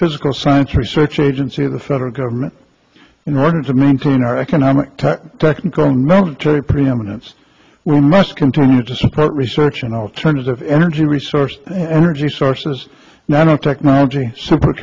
physical science research agency the federal government in order to maintain our economic tech technical and military preeminence we must continue to support research and alternative energy resource energy sources nanotechnology super